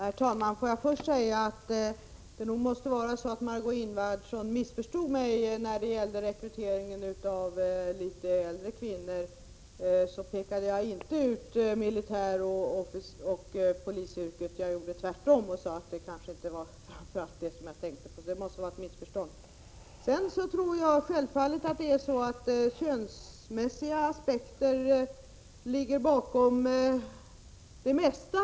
Herr talman! Får jag först säga att Margöé Ingvardsson måste ha missförstått mig på en punkt. När det gällde rekryteringen av äldre kvinnor pekade jag inte ut militäroch polisyrkena. Tvärtom sade jag att det kanske inte var framför allt dessa yrken jag tänkte på. Det måste vara ett missförstånd. Självfallet ligger det könsmässiga aspekter bakom den utveckling som skett.